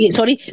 Sorry